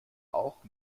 auch